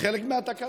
זה חלק מהתקנון.